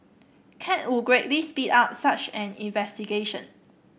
cat would greatly speed up such an investigation